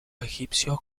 egipcios